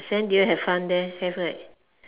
then do you have fun there have right